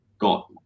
got